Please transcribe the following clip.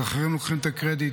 אז אחרים לוקחים את הקרדיט,